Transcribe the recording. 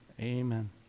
amen